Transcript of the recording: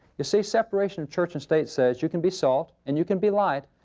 you see, separation of church and state says you can be salt, and you can be light,